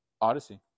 Odyssey